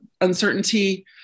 uncertainty